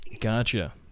Gotcha